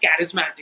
charismatic